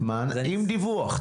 עם דיווח,